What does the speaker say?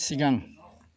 सिगां